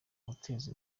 guteza